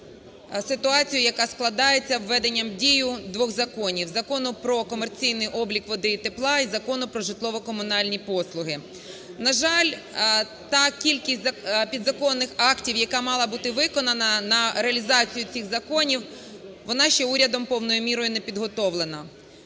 виправити ситуацію, яка складається в введенням в дію двох законів: Закону про комерційний облік води і тепла і Закону про житлово-комунальні послуги. На жаль, та кількість підзаконних актів, яка мала бути виконана на реалізацію цих законів, вона ще урядом повною мірою не підготовлена.